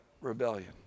rebellion